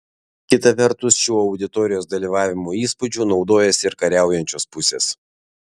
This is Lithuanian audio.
kita vertus šiuo auditorijos dalyvavimo įspūdžiu naudojasi ir kariaujančios pusės